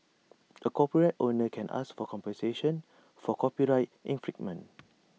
A copyright owner can ask for compensation for copyright infringement